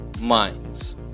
minds